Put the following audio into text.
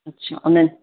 अच्छा उन